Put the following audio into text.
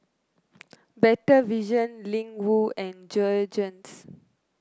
Better Vision Ling Wu and Jergens